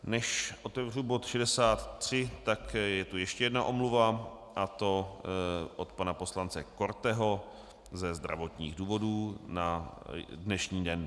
Než otevřu bod 63, je tu ještě jedna omluva, a to od pana poslance Korteho ze zdravotních důvodů na dnešní den.